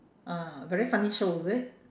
ah very funny show is it